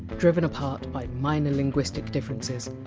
driven apart by minor linguistic differences.